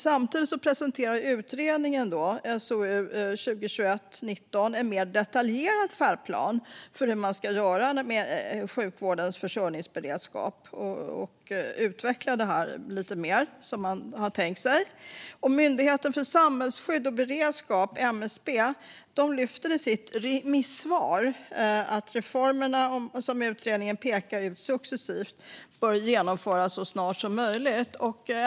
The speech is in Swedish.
Samtidigt presenterar utredningen, SOU 2021:19, en mer detaljerad färdplan för hur man ska göra med sjukvårdens försörjningsberedskap. Man utvecklar lite mer hur man har tänkt sig detta. Myndigheten för samhällsskydd och beredskap, MSB, lyfter i sitt remissvar fram att reformerna som utredningen pekar ut successivt bör genomföras så snart som möjligt.